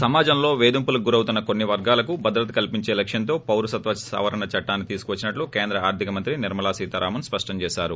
సమాజంలో వేధింపులకు గురవుతున్న కొన్ని వర్గాలకు భద్రత కల్పించే లక్ష్యంతోసే పౌరసత్వ సవరణ చట్టాన్ని తీసుకువచ్చినట్టు కేంద్ర ఆర్థిక మంత్రి నిర్కల సీతారామన్ స్పష్టం చేశారు